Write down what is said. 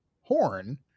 Horn